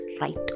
right